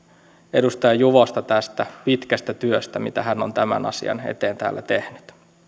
edustaja juvosta tästä pitkästä työstä mitä hän on tämän asian eteen täällä tehnyt